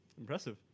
Impressive